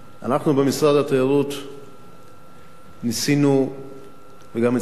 אנחנו במשרד התיירות ניסינו וגם הצלחנו